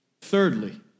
Thirdly